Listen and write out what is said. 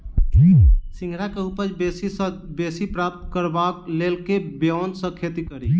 सिंघाड़ा केँ उपज बेसी सऽ बेसी प्राप्त करबाक लेल केँ ब्योंत सऽ खेती कड़ी?